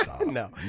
No